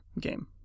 game